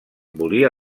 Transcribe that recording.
volia